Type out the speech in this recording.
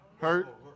Hurt